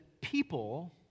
People